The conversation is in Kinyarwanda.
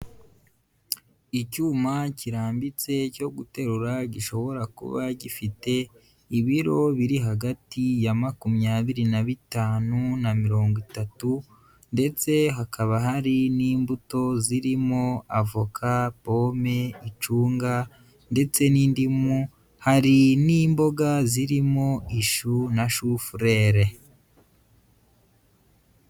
Icyuma kirambitse, cyo guterura, gishobora kuba gifite ibiro biri hagati ya makumyabiri na bitanu na mirongo itatu ndetse hakaba hari n'imbuto zirimo avoka, pome, icunga ndetse n'indimu, hari n'imboga zirimo ishu, na shufurere.